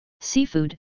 Seafood